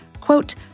Quote